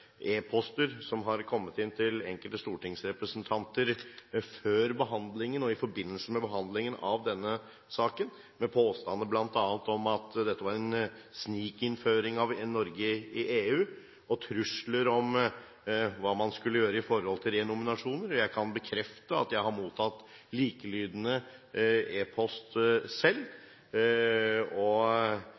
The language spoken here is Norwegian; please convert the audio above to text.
e-poster som har kommet inn til enkelte stortingsrepresentanter i forbindelse med behandlingen av denne saken, bl.a. med påstander om at dette var en snikinnføring av Norge i EU og med trusler om hva man skulle gjøre, knyttet til renominasjoner. Jeg kan bekrefte at jeg har mottatt likelydende e-post selv, og